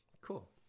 Cool